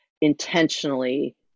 intentionally